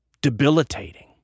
debilitating